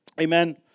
Amen